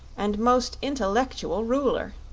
and most intellectual ruler.